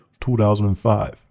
2005